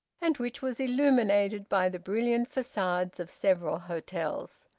and which was illuminated by the brilliant facades of several hotels.